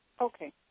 Okay